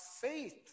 faith